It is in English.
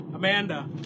Amanda